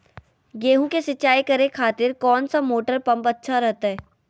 गेहूं के सिंचाई करे खातिर कौन सा मोटर पंप अच्छा रहतय?